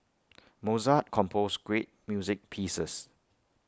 Mozart composed great music pieces